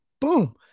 boom